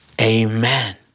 Amen